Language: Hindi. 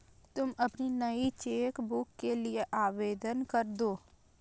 तुम अपनी नई चेक बुक के लिए आवेदन करदो